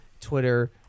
twitter